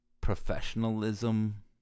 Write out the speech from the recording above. professionalism